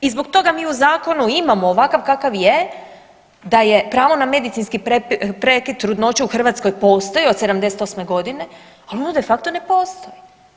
I zbog toga mi u zakonu imamo ovakav kakav je, da je pravo na medicinski prekid trudnoće u Hrvatskoj postoji od '78. godine, ali ono de facto ne postoji.